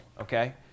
Okay